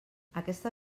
aquesta